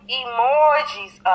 emojis